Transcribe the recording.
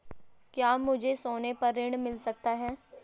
क्या मुझे सोने पर ऋण मिल सकता है?